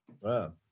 Wow